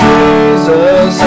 Jesus